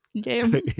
game